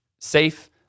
safe